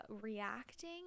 reacting